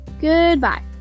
goodbye